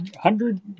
hundred